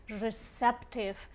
receptive